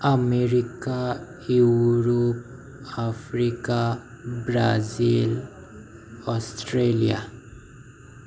America Europe Africa Brazil Australia